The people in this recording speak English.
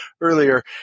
earlier